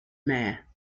mayor